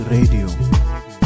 Radio